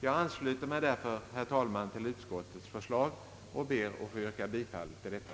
Jag ansluter mig alltså, herr talman, till utskottets förslag och ber att få yrka bifall till detta.